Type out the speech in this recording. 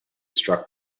struck